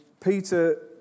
Peter